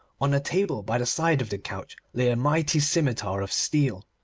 on a table by the side of the couch lay a mighty scimitar of steel.